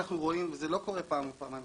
וזה לא קורה פעם או פעמיים,